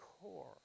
core